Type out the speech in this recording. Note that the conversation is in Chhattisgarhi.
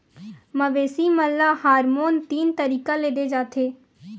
मवेसी मन ल हारमोन तीन तरीका ले दे जाथे